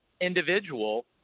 individual